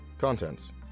Contents